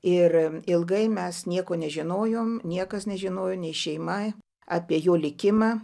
ir ilgai mes nieko nežinojom niekas nežinojo nei šeima apie jo likimą